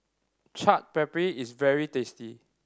Chaat Papri is very tasty